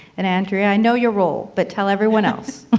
and andrea, i know your role, but tell everyone else.